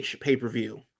pay-per-view